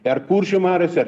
ar kuršių mariose